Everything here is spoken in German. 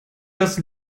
das